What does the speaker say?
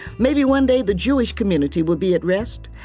maybe one day the jewish community will be at rest,